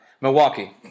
Milwaukee